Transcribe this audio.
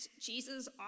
Jesus